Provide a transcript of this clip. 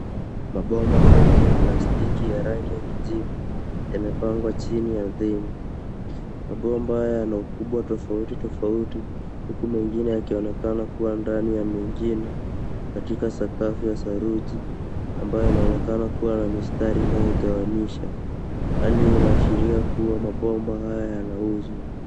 Mabomba mengi ya plastiki ya rangi ya kijivu yamepangwa chini ardhini, mabomba haya yana ukubwa tofautitofauti huku mengine yakionekana kuwa ndani ya mengine katika sakafu ya saruji amabayo inaonekana kuwa na mistari inayoigawanisha, hali hii inaashiria kuwa mabomba haya yanauzwa.